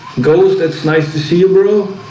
ghost, it's nice to see you, bro